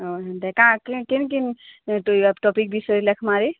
ଓ ହେନତା କାଁ କିନ୍ କିନ୍ ତୁଇ ଟପିକ୍ ବିଷୟେ ଲେଖମାରେ